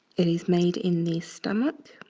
it is made in the stomach,